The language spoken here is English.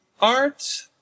art